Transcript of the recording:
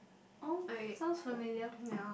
oh sound familiar